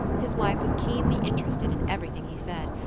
his wife was keenly interested in everything he said,